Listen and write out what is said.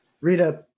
Rita